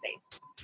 States